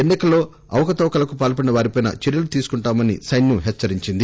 ఎన్ని కల్లో అవకతవకలకు పాల్పడిన వారిపై చర్యలు తీసుకుంటామని హెచ్చరించింది